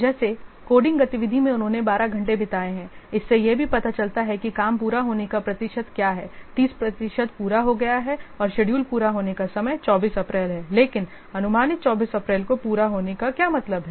जैसे कोडिंग गतिविधि में उन्होंने 12 घंटे बिताए हैं इससे यह भी पता चलता है कि काम पूरा होने का प्रतिशत क्या है 30 प्रतिशत पूरा हो गया है और शेड्यूल पूरा होने का समय 24 अप्रैल है लेकिन अनुमानित 24 अप्रैल को पूरा होने का क्या मतलब है